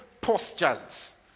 postures